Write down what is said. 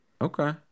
Okay